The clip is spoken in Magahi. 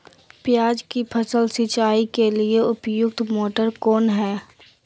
प्याज की फसल सिंचाई के लिए उपयुक्त मोटर कौन है?